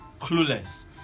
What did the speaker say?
clueless